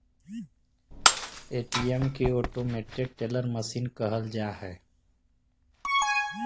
ATM के automated teller machine कहल जा हइ